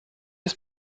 ist